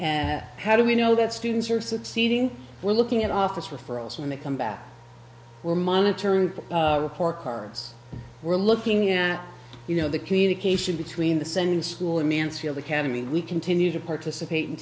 and how do we know that students are succeeding we're looking at office referrals when they come back we're monitoring or cards we're looking at you know the communication between the sending school in mansfield academy we continue to participate